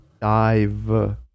Dive